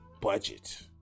budget